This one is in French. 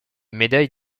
médaille